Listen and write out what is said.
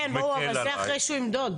כן, ברור, אבל זה אחרי שהוא ימדוד.